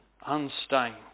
unstained